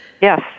Yes